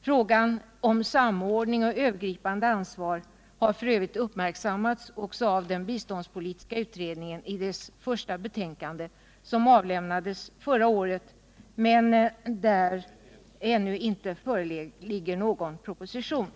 Frågan om samordning och övergripande ansvar har f. ö. uppmärksammats också av biståndspolitiska utredningen i dess första betänkande, som avlämnades förra året, men där det ännu inte föreligger någon proposition.